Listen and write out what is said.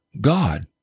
God